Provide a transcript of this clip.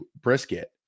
brisket